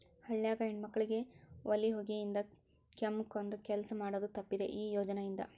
ಹಳ್ಯಾಗ ಹೆಣ್ಮಕ್ಕಳಿಗೆ ಒಲಿ ಹೊಗಿಯಿಂದ ಕೆಮ್ಮಕೊಂದ ಕೆಲಸ ಮಾಡುದ ತಪ್ಪಿದೆ ಈ ಯೋಜನಾ ಇಂದ